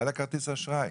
היה לה כרטיס אשראי